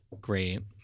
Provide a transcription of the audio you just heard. Great